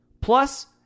Plus